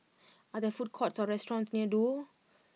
are there food courts or restaurants near Duo